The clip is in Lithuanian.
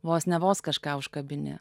vos ne vos kažką užkabini